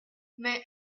mais